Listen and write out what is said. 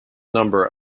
number